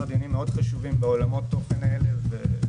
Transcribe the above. דיונים חשובים מאוד בעולמות התוכן האלה.